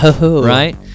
right